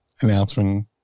announcement